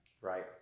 Right